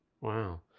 wow